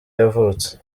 yavutse